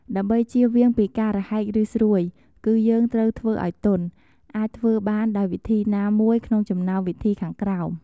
ដើម្បីជៀសវាងពីការរហែកឬស្រួយ គឺយើងត្រូវធ្វើឱ្យទន់ អាចធ្វើបានដោយវិធីណាមួយក្នុងចំណោមវិធីខាងក្រោម។